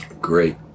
Great